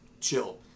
chill